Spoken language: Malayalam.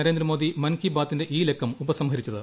നരേന്ദ്രമോദി മൻകി ബാതിന്റെ ഈ ലക്കം ഉപസംഹരിച്ചത്